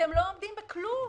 אתם לא עומדים בכלום.